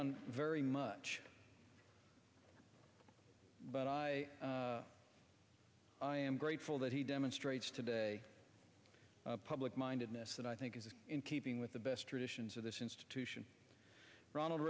on very much but i am grateful that he demonstrates today public mindedness that i think is in keeping with the best traditions of this institution ronald